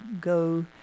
go